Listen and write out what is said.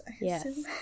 Yes